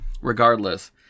regardless